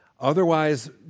otherwise